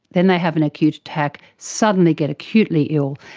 then they have an acute attack, suddenly get acutely ill,